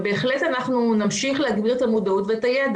בהחלט אנחנו נמשיך להסביר את המודעות ואת הידע.